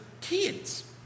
kids